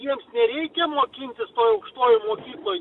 jiems nereikia mokintis toj aukštojoj mokykloj